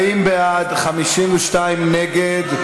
40 בעד, 52 נגד.